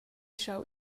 schau